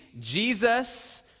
Jesus